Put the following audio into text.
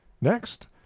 next